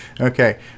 Okay